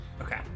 Okay